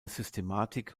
systematik